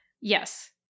Yes